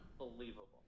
unbelievable